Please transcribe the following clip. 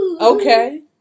Okay